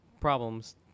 problems